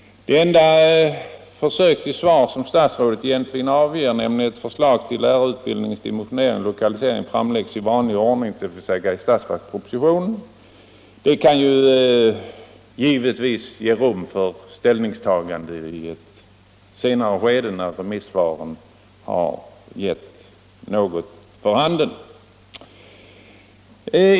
Det enda försök till svar som statsrådet egentligen gör är att hon säger att förslag till lärarutbildningens dimensionering och lokalisering skall framläggas i vanlig ordning, dvs. i budgetpropositionen. Det kan givetvis ge rum för ett ställningstagande i ett senare skede med anledning av vad remissvaren har givit vid handen.